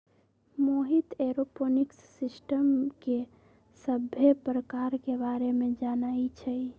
Mohit aeroponics system के सभ्भे परकार के बारे मे जानई छई